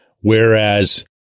whereas